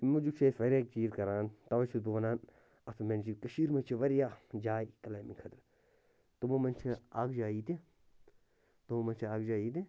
اَمہِ موجوٗب چھِ أسۍ واریاہ چیٖز کران تَؤے چھُس بہٕ وَنان اَتھ منٛز چھِ کٔشیٖرِ منٛز چھِ واریاہ جایہِ کٕلاینٛبنٛگ خٲطرٕ تِمو منٛز چھِ اَکھ جاے یِیٚتہِ تِمو منٛز چھِ اَکھ جاے یِیٚتہِ